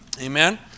Amen